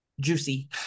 juicy